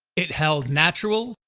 it held natural,